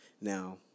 Now